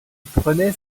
prenait